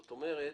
זאת אומרת,